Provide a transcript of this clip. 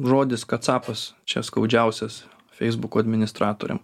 žodis kacapas čia skaudžiausias feisbuko administratoriam